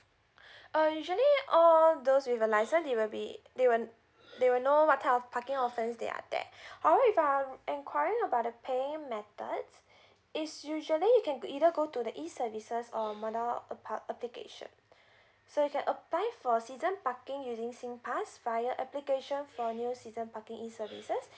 uh usually uh those with a license they will be they will they will know what type of parking offers that are there however if um enquiring about the paying methods it's usually you can either go to the e services or application so you can apply for season parking using singpass via application for new season parking e services